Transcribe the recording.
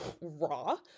raw